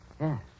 Yes